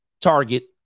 Target